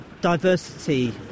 diversity